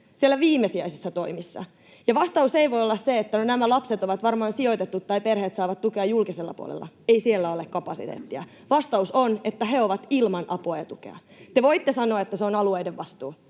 siellä viimesijaisissa toimissa. Ja vastaus ei voi olla se, että no, nämä lapset ovat varmaan sijoitettuja tai perheet saavat tukea julkisella puolella. Ei siellä ole kapasiteettia. Vastaus on, että he ovat ilman apua ja tukea. Te voitte sanoa, että se on alueiden vastuu,